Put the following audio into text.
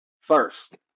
first